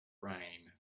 rain